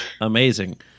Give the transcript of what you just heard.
Amazing